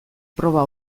proba